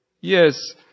Yes